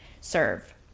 serve